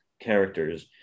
characters